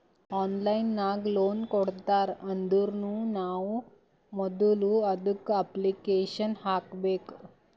online ನಾಗ್ loan ಕೊಡ್ತಾರ್ ಅಂದುರ್ನು ನಾವ್ ಮೊದುಲ ಅದುಕ್ಕ ಅಪ್ಲಿಕೇಶನ್ ಹಾಕಬೇಕ್